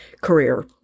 career